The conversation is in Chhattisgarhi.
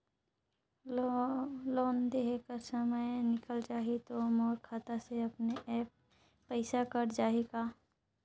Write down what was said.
लोन देहे कर समय निकल जाही तो मोर खाता से अपने एप्प पइसा कट जाही का?